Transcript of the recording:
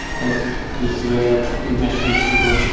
that is where i think mesh needs to